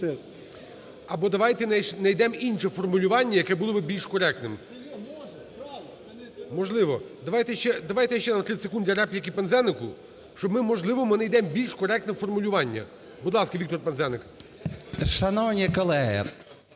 Або давайте знайдемо інше формулювання, яке було б більш коректним. Можливо. Давайте ще на 30 секунд для репліки Пинзенику, щоб ми, можливо, знайдемо більш коректне формулювання. Будь ласка, Віктор Пинзеник. 11:55:58